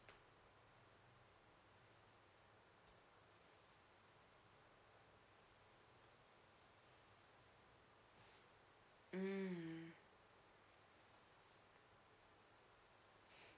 um